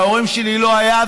להורים שלי לא היה,